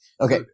Okay